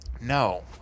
No